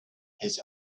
his